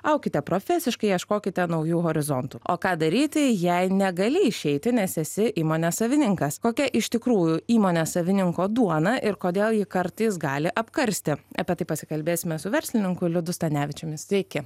aukite profesiškai ieškokite naujų horizontų o ką daryti jei negali išeiti nes esi įmonės savininkas kokia iš tikrųjų įmonės savininko duona ir kodėl ji kartais gali apkarsti apie tai pasikalbėsime su verslininku liudu stanevičiumi sveiki